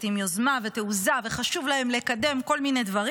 עם יוזמה ותעוזה וחשוב להם לקדם כל מיני דברים.